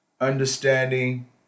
Understanding